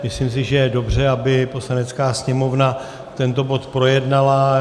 Myslím si, že by bylo dobře, aby Poslanecká sněmovna tento bod projednala.